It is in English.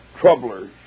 troublers